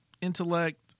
Intellect